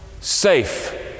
safe